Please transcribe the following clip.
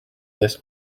this